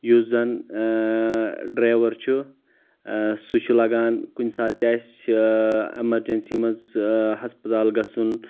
یُس زن اۭں ڈریور چھُ سُہ چھُ لگان کُنہِ ساتہٕ تہِ آسہِ ایٚمرجنسی منٛز ہسپتال گژھُن